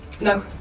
No